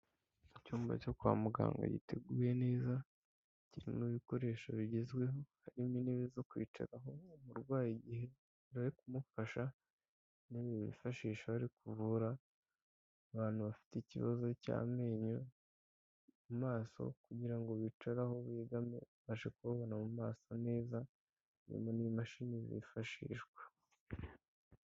Icyumba cyo kwa muganga giteguye neza, kirimo ibikoresho bigezweho, harimo intebe zo kwicara, aho umurwayi igihe bari kumufasha, nibi bifashisha bari kuvura, abantu bafite ikibazo cy'amenyo, amaso kugira ngo bicare aho begame, babashe kumubona mu maso neza, harimo n'imashini zifashishwa.